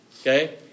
Okay